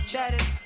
Chatted